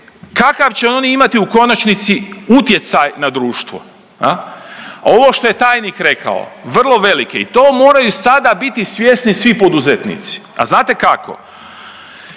kakav će oni imati u konačnici utjecaj na društvo? A ovo što je tajnik rekao, vrlo veliki. I to moraju sada biti svjesni svi poduzetnici. A znate kako?